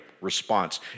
response